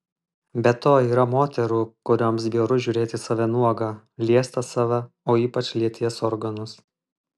be to yra moterų kurioms bjauru žiūrėti į save nuogą liesti save o ypač lyties organus